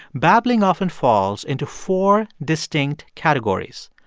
babbling often falls into four distinct categories.